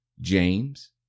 James